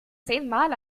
zehnmal